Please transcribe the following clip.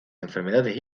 enfermedades